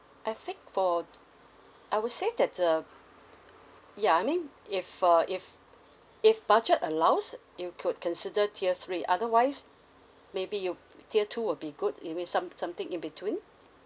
I think for I would say that the ya I mean if uh if if budget allows you could consider tier three otherwise maybe you tier two would be good you mean some something in between